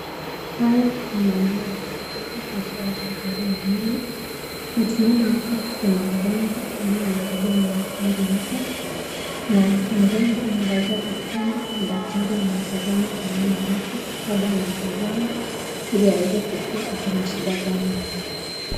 Haya ni maeneo ya hospitali haswa hospitali ya meno. Na tunaona hapa kuna mgonjwa ambaye ametulia mahali hapa. Na mgonjwa amelazwa kwa kitanda na daktari anamtazama kwa meno yake. Labda anamtazama ili aweze kujua ako na shida gani ya meno.